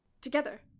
Together